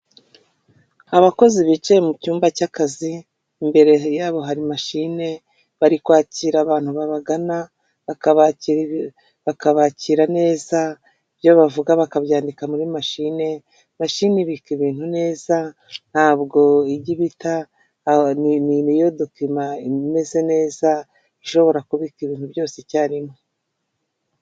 Abakozi bicaye mu cyumba cy'akazi imbere yabo hari mashine bari kwakira abantu babagana bakabakira neza ibyo bavuga bakabyandika muri mashine ibika ibintu neza ntabwo ijya ibita niyo dokima imeze neza ishobora kubika ibintu byose icyarimwe.